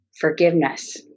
Forgiveness